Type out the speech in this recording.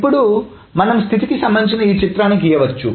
ఇప్పుడు మనం స్థితి కి సంబంధించిన ఈ చిత్రాన్ని గీయవచ్చు